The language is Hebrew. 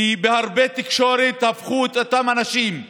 כי בתקשורת הפכו את אותם אנשים לעבריינים.